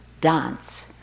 dance